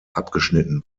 abgeschnitten